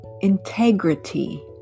integrity